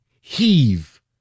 heave